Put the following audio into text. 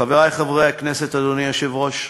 חברי חברי הכנסת, אדוני היושב-ראש,